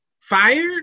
fired